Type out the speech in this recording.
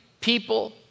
people